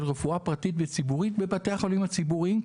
רפואה פרטית בציבורית בבתי החולים הציבוריים.